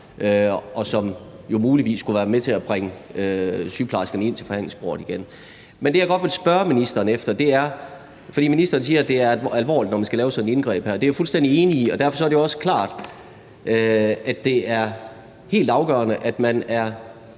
og som muligvis kunne have været med til at bringe sygeplejerskerne ind til forhandlingsbordet igen. Men jeg vil godt spørge ministeren om noget, i forhold til at ministeren siger, at det er alvorligt, når man skal lave sådan et indgreb her. Det er jeg fuldstændig enig i, og derfor er det også klart, at det er helt afgørende, at man er